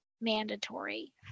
mandatory